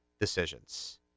decisions